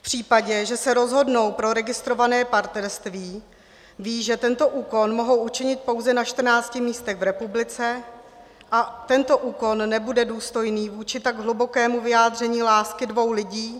V případě, že se rozhodnou pro registrované partnerství, vědí, že tento úkon mohou učinit pouze na 14 místech v republice a tento úkon nebude důstojný vůči tak hlubokému vyjádření lásky dvou lidí.